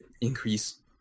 increase